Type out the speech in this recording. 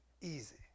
Easy